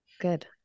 Good